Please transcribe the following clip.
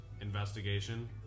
investigation